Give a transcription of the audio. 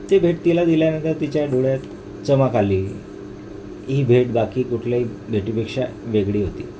ते भेट तिला दिल्यानंतर तिच्या डोळ्यात चमक आली ही भेट बाकी कुठल्याही भेटीपेक्षा वेगळी होती